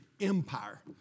Empire